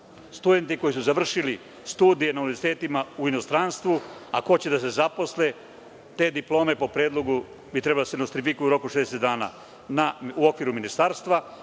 studenti koji su završili studije na univerzitetima u inostranstvu ako hoće da se zaposle, te diplome po predlogu bi trebalo da se nostrifikuju u roku od 60 dana u okviru ministarstva,